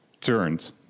turned